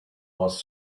was